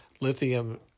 Lithium